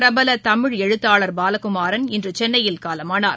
பிரபல தமிழ் எழுத்தாளர் பாலகுமாரன் இன்று சென்னையில் காலமானார்